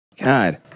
God